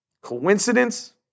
Coincidence